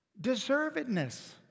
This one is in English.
deservedness